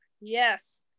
Yes